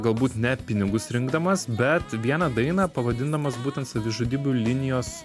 galbūt ne pinigus rinkdamas bet vieną dainą pavadindamas būtent savižudybių linijos